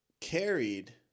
carried